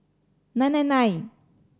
nine nine nine